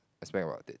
I spend about it